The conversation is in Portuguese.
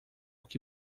que